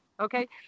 Okay